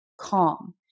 calm